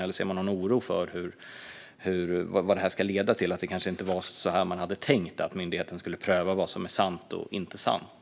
Eller ser man någon oro för vad detta ska leda till och att det kanske inte var tänkt att myndigheten på det här sättet skulle pröva vad som är sant och inte sant?